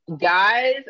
guys